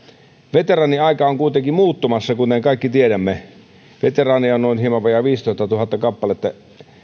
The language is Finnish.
veteraaniaika on kuitenkin muuttumassa kuten kaikki tiedämme veteraaneja on noin hieman vajaa viisitoistatuhatta kappaletta